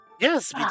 Yes